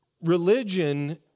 Religion